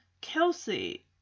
Kelsey